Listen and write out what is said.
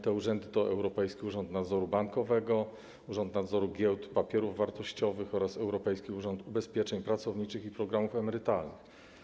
Te urzędy to Europejski Urząd Nadzoru Bankowego, urząd nadzoru giełd i papierów wartościowych oraz europejski urząd ubezpieczeń pracowniczych i programów emerytalnych.